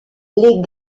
les